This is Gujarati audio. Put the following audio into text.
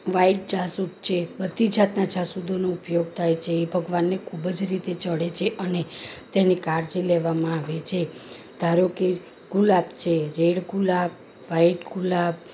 વાઇટ જાસૂદ છે બધી જાતના જાસૂદોનો ઉપયોગ થાય છે એ ભગવાનને ખૂબ જ રીતે ચડે છે અને તેની કાળજી લેવામાં આવે છે ધારો કે ગુલાબ છે રેડ ગુલાબ વાઇટ ગુલાબ